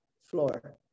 floor